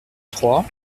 trois